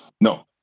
No